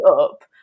up